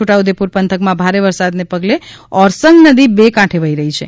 છોટા ઉદેપુર પંથકમાં ભારે વરસાદને પગલે ઓરસંગ નદી બે કાંઠે વહી રહી છે